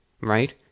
right